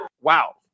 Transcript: Wow